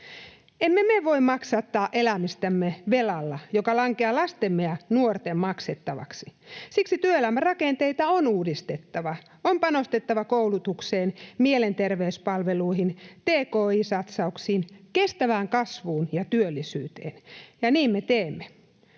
Emme me voi maksattaa elämistämme velalla, joka lankeaa lastemme ja nuortemme maksettavaksi. Siksi työelämän rakenteita on uudistettava ja on panostettava koulutukseen, mielenterveyspalveluihin, tki-satsauksiin, kestävään kasvuun ja työllisyyteen, ja niin me teemme.